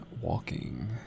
walking